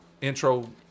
intro